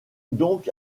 donc